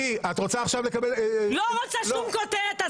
לא רוצה שום כותרת.